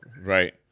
Right